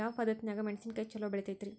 ಯಾವ ಪದ್ಧತಿನ್ಯಾಗ ಮೆಣಿಸಿನಕಾಯಿ ಛಲೋ ಬೆಳಿತೈತ್ರೇ?